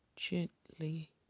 Gently